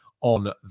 on